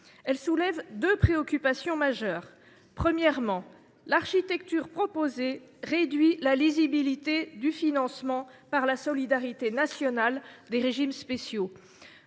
Elle soulève deux préoccupations majeures. Premièrement, l’architecture proposée réduit la lisibilité du financement par la solidarité nationale des régimes spéciaux.